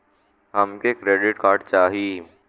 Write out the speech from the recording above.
हमके credit card चाही